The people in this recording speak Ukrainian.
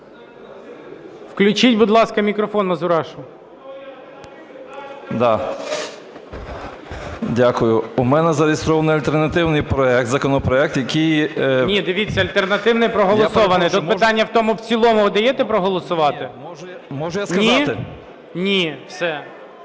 Включіть, будь ласка, мікрофон Мазурашу.